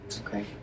Okay